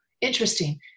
interesting